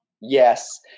Yes